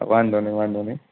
વાંધો નહીં વાંધો નહીં